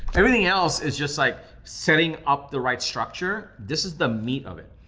everything else is just like setting up the right structure. this is the meat of it.